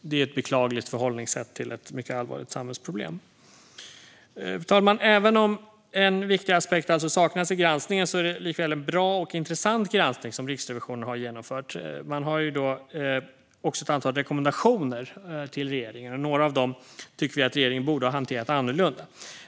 Det är ett beklagligt förhållningssätt till ett mycket allvarligt samhällsproblem. Fru talman! Även om en viktig aspekt alltså saknas i granskningen är det likväl en bra och intressant granskning som Riksrevisionen har genomfört. Man har ett antal rekommendationer till regeringen, och några av dem tycker vi att regeringen borde ha hanterat annorlunda.